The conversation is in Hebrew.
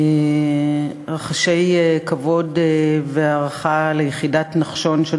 ורחשי כבוד והערכה ליחידת נחשון של